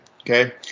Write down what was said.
Okay